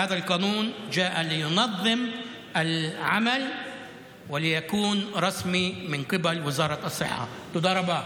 החוק הזה בא לעשות סדר בעבודה באופן רשמי מטעם משרד הבריאות.) תודה רבה.